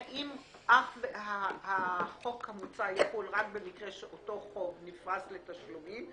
האם החוק המוצע יחול רק במקרה שאותו חוב נפרס לתשלומים?